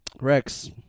Rex